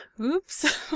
Oops